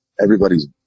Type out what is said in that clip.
everybody's